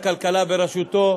כבל, איך אתה רוצה את זה,